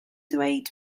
dweud